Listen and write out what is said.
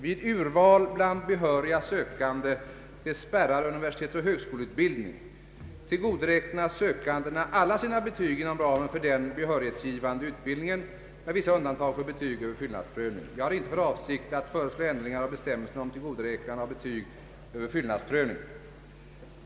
Vid urval bland behöriga sökande till spärrad universitetsoch högskoleutbildning tillgodoräknas sökandena alla betyg inom ramen för den behörighetsgivande utbildningen med vissa undantag för betyg över fyllnadsprövning. Jag har inte för avsikt att föreslå ändringar av bestämmelserna om tillgodoräknande av betyg över fyllnadsprövning.